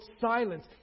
silence